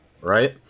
Right